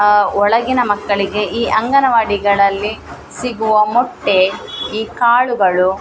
ಒಳಗಿನ ಮಕ್ಕಳಿಗೆ ಈ ಅಂಗನವಾಡಿಗಳಲ್ಲಿ ಸಿಗುವ ಮೊಟ್ಟೆ ಈ ಕಾಳುಗಳು